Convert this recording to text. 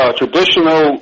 traditional